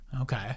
Okay